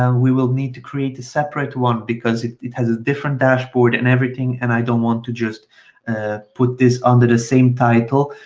um we will need to create a separate one because it has a different dashboard and everything and i don't want to just put this under the same title.